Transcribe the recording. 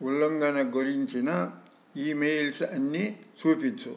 ఉల్లంఘన గురించిన ఈమెయిల్స్ అన్నీ చూపించు